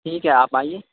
ٹھیک ہے آپ آئیے